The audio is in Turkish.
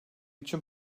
için